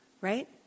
right